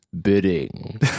bidding